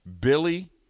Billy